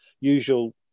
usual